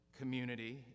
community